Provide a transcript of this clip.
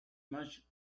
much